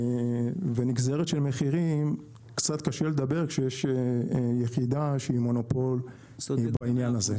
ונגזרת של מחירים קצת קשה לדבר כשיש יחידה שהיא מונופול בעניין הזה.